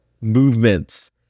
movements